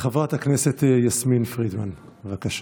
חברת הכנסת יסמין פרידמן, בבקשה.